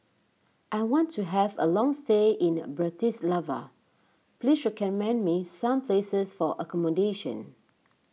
I want to have a long stay in the Bratislava please recommend me some places for accommodation